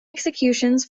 executions